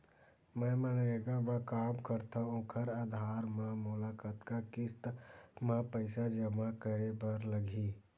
मैं मनरेगा म काम करथव, ओखर आधार म मोला कतना किस्त म पईसा जमा करे बर लगही?